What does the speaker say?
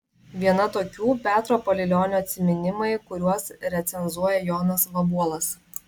viena tokių petro palilionio atsiminimai kuriuos recenzuoja jonas vabuolas